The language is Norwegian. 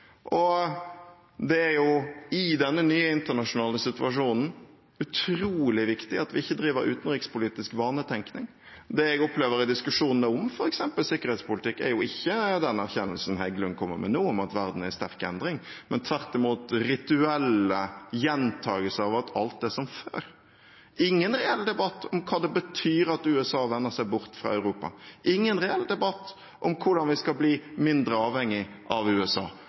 I denne nye internasjonale situasjonen er det utrolig viktig at vi ikke driver med utenrikspolitisk vanetenkning. Det jeg opplever i diskusjonene om f.eks. sikkerhetspolitikk, er ikke den erkjennelsen representanten Heggelund nå kommer med om at verden er i sterk endring, men tvert imot rituelle gjentagelser av at alt er som før. Det er ingen reell debatt om hva det betyr at USA vender seg bort fra Europa, ingen reell debatt om hvordan vi skal bli mindre avhengige av USA.